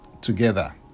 together